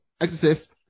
Exorcist